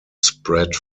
spread